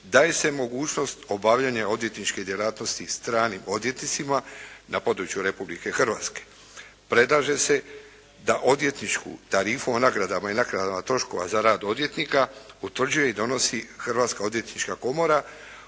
daje se mogućnost obavljanja odvjetničke djelatnosti stranim odvjetnicima na području Republike Hrvatske. Predlaže se da odvjetničku tarifu o nagradama i naknadama troškova za rad odvjetnika utvrđuje i donosi Hrvatska odvjetnička komora